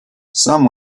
some